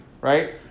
right